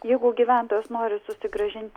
jeigu gyventojas nori susigrąžint